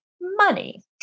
money